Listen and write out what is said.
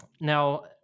now